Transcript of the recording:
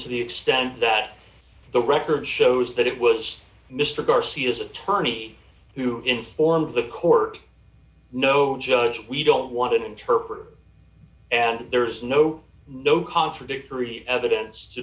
to the extent that the record shows that it was mr garcia's attorney who informed the court no judge we don't want an interpreter and there is no no contradictory evidence to